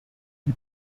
die